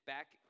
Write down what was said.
Back